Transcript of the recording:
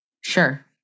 Sure